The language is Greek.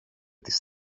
τις